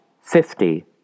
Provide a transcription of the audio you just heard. fifty